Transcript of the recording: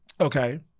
Okay